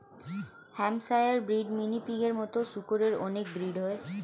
Hampshire breed, mini পিগের মতো শুকরের অনেক ব্রিড হয়